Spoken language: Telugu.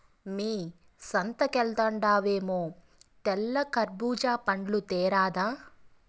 మ్మే సంతకెల్తండావేమో తెల్ల కర్బూజా పండ్లు తేరాదా